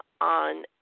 on